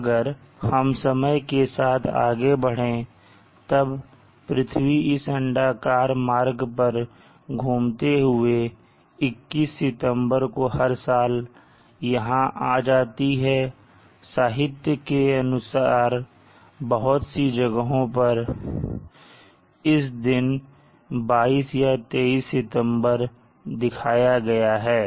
अगर हम समय के साथ आगे बढ़े तब पृथ्वी इस अंडाकार मार्ग पर पर घूमते हुए 21 सितंबर को हर साल यहां आ जाती है साहित्य में बहुत सी जगहों पर इस दिन 22 या 23 सितंबर को दिखाया गया है